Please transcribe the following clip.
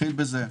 נתחיל בזה.